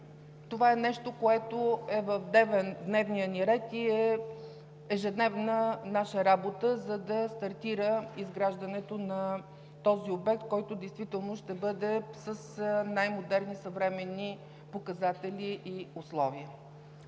Това е нещо, което е в дневния ни ред и е ежедневна наша работа, за да стартира изграждането на този обект, който действително ще бъде с най-модерни, съвременни показатели и условия.